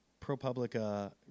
ProPublica